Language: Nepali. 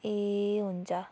ए हुन्छ